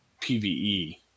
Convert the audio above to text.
PvE